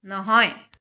নহয়